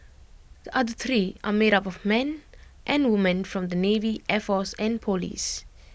the other three are made up of men and women from the navy air force and Police